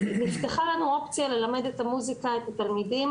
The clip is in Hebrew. נפתחה לנו אופציה ללמד מוזיקה את התלמידים,